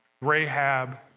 Rahab